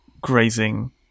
grazing